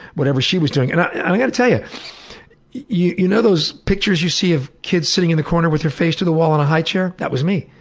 whatever she was doing. and i've got to tell yeah you, you know those pictures you see of kids sitting in a corner with their face to the wall in a high chair? that was me,